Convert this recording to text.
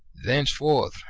thenceforth,